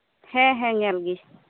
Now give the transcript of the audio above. ᱦᱮᱸ ᱦᱮᱸ ᱧᱮᱞ ᱜᱮ